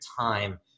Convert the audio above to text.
time